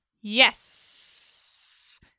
Yes